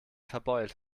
verbeult